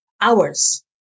hours